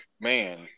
man